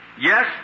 Yes